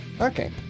Okay